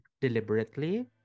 deliberately